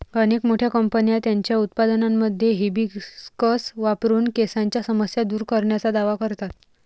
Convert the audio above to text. अनेक मोठ्या कंपन्या त्यांच्या उत्पादनांमध्ये हिबिस्कस वापरून केसांच्या समस्या दूर करण्याचा दावा करतात